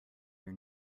your